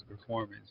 performance